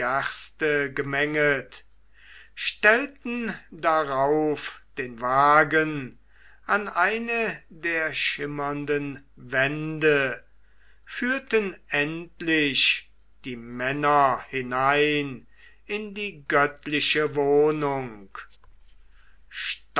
gemenget stellten darauf den wagen an eine der schimmernden wände führten endlich die männer hinein in die göttliche wohnung